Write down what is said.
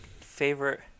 Favorite